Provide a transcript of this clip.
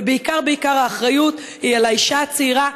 ובעיקר בעיקר האחריות היא על האישה הצעירה,